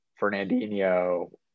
Fernandinho